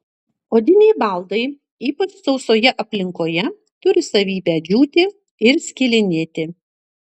odiniai baldai ypač sausoje aplinkoje turi savybę džiūti ir skilinėti